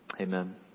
Amen